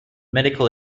medical